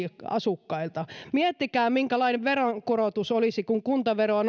asukkailta miettikää minkälainen veronkorotus olisi kun kuntaveroa